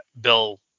Bill